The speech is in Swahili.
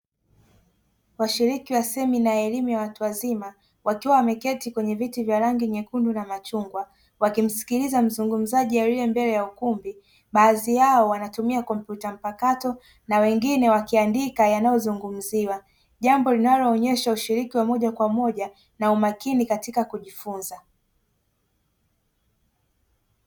Washiriki wa semina ya elimu ya watu wazima, wakiwa wameketi kwenye viti vya rangi nyekundu na machungwa. Wakimskiliza mzungumzaji alie mbele ya ukumbi, baadhi yao wakitumia kompyuta mpakato na wengine wakiandika yanayozungumziwa. Jambo linaloonyesha ushiriki wa moja kwa moja na umakini katika kujifunza.